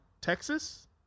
texas